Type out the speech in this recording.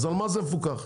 על מה הוא מפוקח,